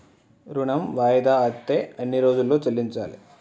ఋణం వాయిదా అత్తే ఎన్ని రోజుల్లో చెల్లించాలి?